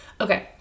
okay